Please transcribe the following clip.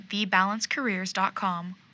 TheBalanceCareers.com